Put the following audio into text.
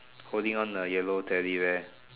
holding on a yellow teddy bear